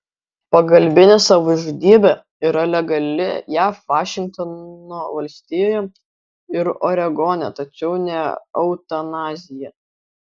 pagalbinė savižudybė yra legali jav vašingtono valstijoje ir oregone tačiau ne eutanazija